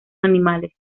animales